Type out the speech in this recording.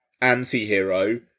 anti-hero